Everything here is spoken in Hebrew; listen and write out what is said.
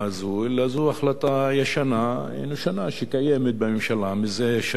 אלא זו החלטה ישנה נושנה שקיימת בממשלה מזה שנים רבות.